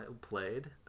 played